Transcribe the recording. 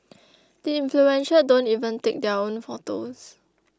the influential don't even take their own photos